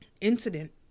incident